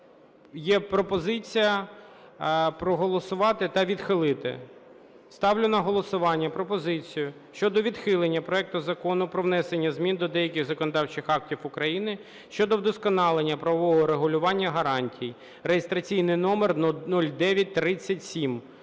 є пропозиція проголосувати та відхилити. Ставлю на голосування пропозицію щодо відхилення проекту Закону про внесення змін до деяких законодавчих актів України щодо вдосконалення правового регулювання гарантії (реєстраційний номер 0937).